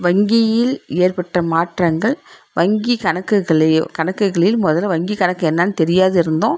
வங்கியில் ஏற்பட்ட மாற்றங்கள் வங்கி கணக்குகளையோ கணக்குகளில் மொதலில் வங்கி கணக்கு என்னன்னு தெரியாத இருந்தோம்